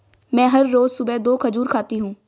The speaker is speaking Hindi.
मैं हर रोज सुबह दो खजूर खाती हूँ